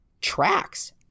tracks